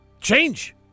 Change